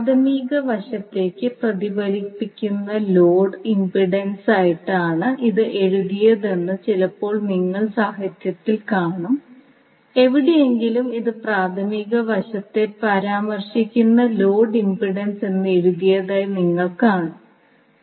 പ്രാഥമിക വശത്തേക്ക് പ്രതിഫലിപ്പിക്കുന്ന ലോഡ് ഇംപെഡൻസായിട്ടാണ് ഇത് എഴുതിയതെന്ന് ചിലപ്പോൾ നിങ്ങൾ സാഹിത്യത്തിൽ കാണും എവിടെയെങ്കിലും ഇത് പ്രാഥമിക വശത്തെ പരാമർശിക്കുന്ന ലോഡ് ഇംപെഡൻസ് എന്ന് എഴുതിയതായി നിങ്ങൾ കാണും